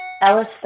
Alice